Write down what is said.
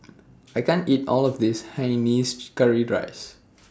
I can't eat All of This Hainanese Curry Rice